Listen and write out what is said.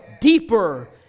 deeper